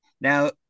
now